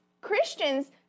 Christians